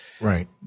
Right